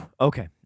Okay